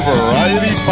Variety